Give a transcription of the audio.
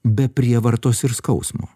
be prievartos ir skausmo